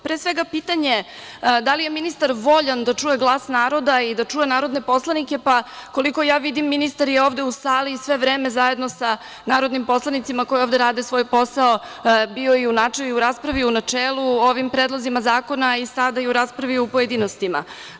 Pre svega, pitanje da li je ministar voljan da čuje glas naroda i da čuje narodne poslanike, pa koliko ja vidim, ministar je ovde u sali sve vreme zajedno sa narodnim poslanicima koji ovde rade svoj posao bio i u raspravi u načelu o ovim predlozima zakona i sada, u raspravi u pojedinostima.